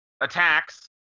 attacks